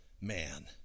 man